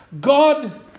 God